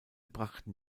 brachten